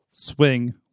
swing